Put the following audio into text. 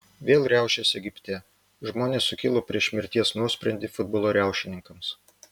vėl riaušės egipte žmonės sukilo prieš mirties nuosprendį futbolo riaušininkams